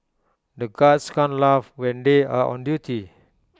the guards can't laugh when they are on duty